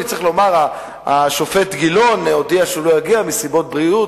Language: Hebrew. אני צריך לומר שהשופט גילון הודיע שהוא לא יגיע מסיבות בריאות.